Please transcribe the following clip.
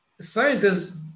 scientists